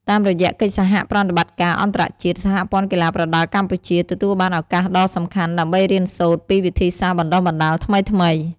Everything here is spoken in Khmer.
តាមរយៈកិច្ចសហប្រតិបត្តិការអន្តរជាតិ សហព័ន្ធកីឡាប្រដាល់កម្ពុជា ទទួលបានឱកាសដ៏សំខាន់ដើម្បីរៀនសូត្រពីវិធីសាស្ត្របណ្តុះបណ្តាលថ្មីៗ។